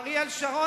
אריאל שרון,